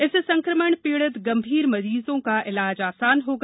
इससे संक्रमण पीडि़त गंभीर मरीजों का इलाज आसान हागा